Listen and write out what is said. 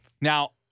Now